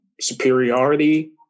superiority